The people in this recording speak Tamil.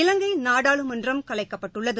இலங்கைநாடாளுமன்றம் கலைக்கப்பட்டுள்ளது